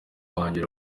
wanjye